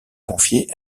confiée